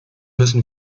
müssen